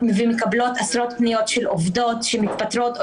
ומקבלות עשרות פניות של עובדות שמתפטרות או